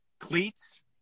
Cleats